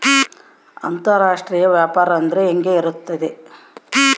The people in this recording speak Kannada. ಅಂತರಾಷ್ಟ್ರೇಯ ವ್ಯಾಪಾರ ಅಂದರೆ ಹೆಂಗೆ ಇರುತ್ತದೆ?